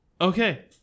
Okay